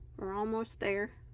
we're almost there